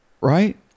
right